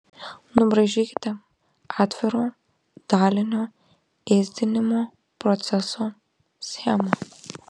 nubraižykite atviro dalinio ėsdinimo proceso schemą